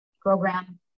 program